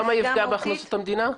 למה יפגע בהכנסות המדינה?